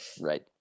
Right